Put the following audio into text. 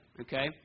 Okay